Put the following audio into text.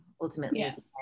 ultimately